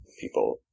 people